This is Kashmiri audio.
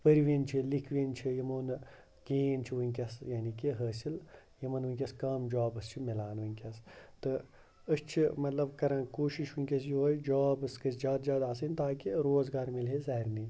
پٔرۍ وِنۍ چھِ لِکھوِنۍ چھِ یِمو نہٕ کِہیٖنۍ چھِ وٕنکٮ۪س یعنی کہِ حٲصِل یِمَن وٕنکٮ۪س کَم جابَس چھِ مِلان وٕنکٮ۪س تہٕ أسۍ چھِ مطلب کَران کوٗشِش وٕنکٮ۪س یُہٲے جابٕس گژھِ زیادٕ زیادٕ آسٕنۍ تاکہِ روزگار مِلہِ ہے سارنٕے